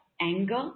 anger